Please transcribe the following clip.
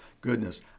goodness